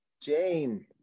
Jane